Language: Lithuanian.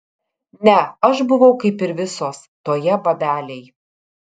ne aš buvau kaip ir visos toje babelėj